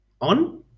on